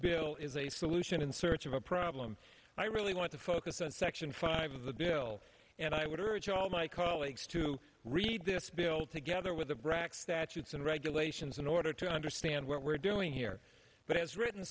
bill is a solution in search of a problem i really want to focus on section five of the bill and i would urge all my colleagues to read this bill together with the brac statutes and regulations in order to understand what we're doing here but as written